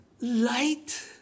light